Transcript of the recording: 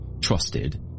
trusted